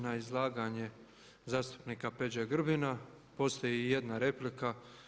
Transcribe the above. Na izlaganje zastupnika Peđe Grbina postoji i jedna replika.